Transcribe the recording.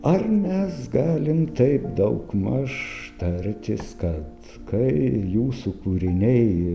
ar mes galim taip daugmaž tartis kad kai jūsų kūriniai